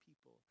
people